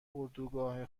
اردوگاه